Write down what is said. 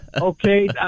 okay